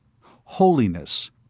holiness